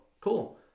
Cool